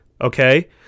okay